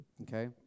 okay